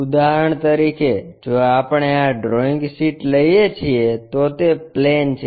ઉદાહરણ તરીકે જો આપણે આ ડ્રોઇંગ શીટ લઈએ છીએ તો તે પ્લેન છે